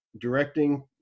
directing